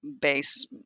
base